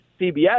CBS